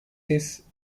his